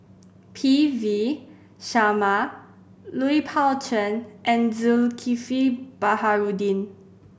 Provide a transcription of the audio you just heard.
P V Sharma Lui Pao Chuen and Zulkifli Baharudin